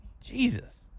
Jesus